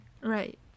Right